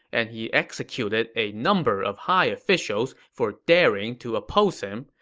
and he executed a number of high officials for daring to oppose him,